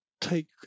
take